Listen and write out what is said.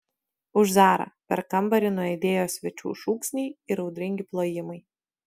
už zarą per kambarį nuaidėjo svečių šūksniai ir audringi plojimai